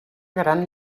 gran